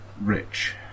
Rich